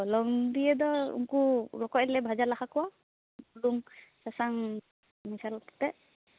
ᱦᱚᱞᱚᱝ ᱫᱤᱭᱮ ᱫᱚ ᱩᱱᱠᱩ ᱨᱚᱠᱚᱡ ᱞᱮ ᱵᱷᱟᱡᱟ ᱞᱟᱦᱟ ᱠᱚᱣᱟ ᱵᱩᱞᱩᱝ ᱥᱟᱥᱟᱝ ᱢᱮᱥᱟᱞ ᱠᱟᱛᱮᱫ